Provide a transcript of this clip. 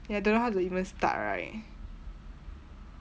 ya don't know how to even start right